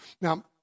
Now